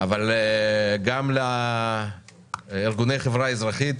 אבל גם לארגוני החברה האזרחית